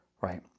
right